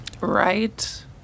Right